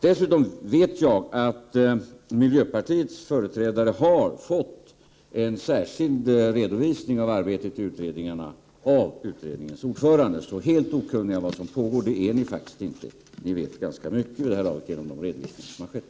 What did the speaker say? Dessutom vet jag att miljöpartiets företrädare har fått en särskild redovisning av arbetet i utredningarna av utredningens ordförande. Helt okunniga om vad som pågår är ni inte. Ni vet vid det här laget ganska mycket genom de redovisningar som har skett.